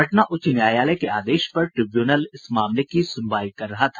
पटना उच्च न्यायालय के आदेश पर ट्रिब्यूनल इस मामले का सुनवाई कर रहा था